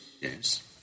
Yes